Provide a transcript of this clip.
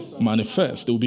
manifest